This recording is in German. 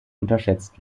unterschätzt